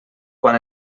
quan